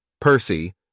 Percy